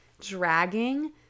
dragging